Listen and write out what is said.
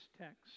text